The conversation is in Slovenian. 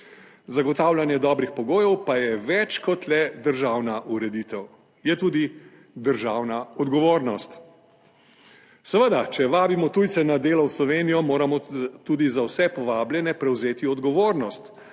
Zagotavljanje dobrih pogojev pa je več kot le državna ureditev, je tudi državna odgovornost. Seveda, če vabimo tujce na delo v Slovenijo, moramo tudi za vse povabljene prevzeti odgovornost